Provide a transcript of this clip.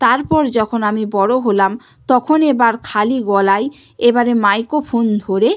তারপর যখন আমি বড়ো হলাম তখন এবার খালি গলায় এবারে মাইক্রোফোন ধরে